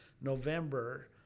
November